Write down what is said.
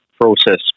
process